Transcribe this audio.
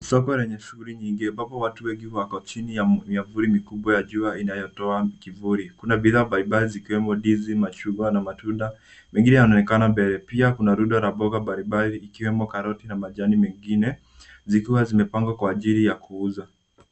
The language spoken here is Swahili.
Soko lenye shughuli nyingi ambapo watu wengi wako chini ya miavuli mikubwa ya jua inayotoa kivuli. Kuna bidhaa mbalimbali, zikiwemo ndizi, machungwa na matunda mengine yanaonekana mbele. Pia kuna rundo la mboga mbalimbali, ikiwemo karoti na majani mengine, zikiwa zimepangwa kwa ajili ya kuuza.